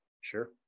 Sure